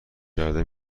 کرده